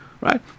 right